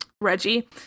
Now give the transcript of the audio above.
Reggie